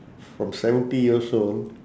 from seventy years old